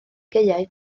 gaeau